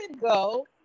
go